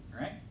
Right